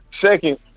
Second